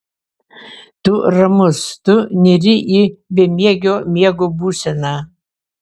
tu ramus tu nyri į bemiegio miego būseną